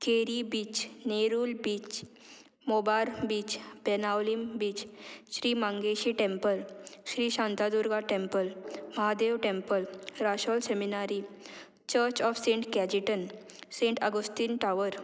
Keri beach Nerul beach Mobor beach Benaulim beach Shri Mangeshi temple Shri Shantadurga temple Mahadev temple Rachol seminary church of Saint Cajetan Saint Augustine tower